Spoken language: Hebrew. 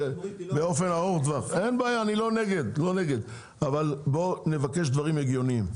אני לא נגד, אבל בואו נבקש דברים הגיוניים.